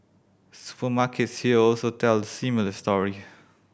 supermarkets here also tell a similar story